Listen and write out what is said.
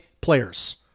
players